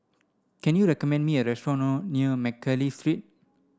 can you recommend me a restaurant nor near Mcnally Street